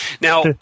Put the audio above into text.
Now